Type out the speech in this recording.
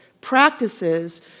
practices